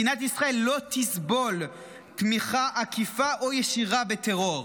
מדינת ישראל לא תסבול תמיכה עקיפה או ישירה בטרור.